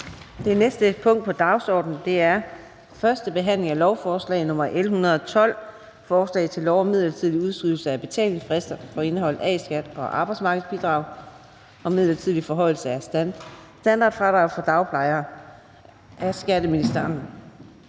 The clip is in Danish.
Det næste punkt på dagsordenen er: 12) 1. behandling af lovforslag nr. L 112: Forslag til lov om midlertidig udskydelse af betalingsfrister for indeholdt A-skat og arbejdsmarkedsbidrag og midlertidig forhøjelse af standardfradraget for dagplejere. Af skatteministeren